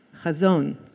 Chazon